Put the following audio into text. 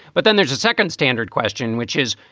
but then there's a second standard question, which is,